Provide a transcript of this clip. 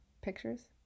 pictures